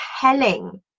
telling